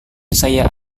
saya